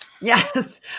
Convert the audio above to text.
Yes